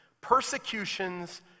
persecutions